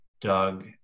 Doug